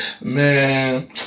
Man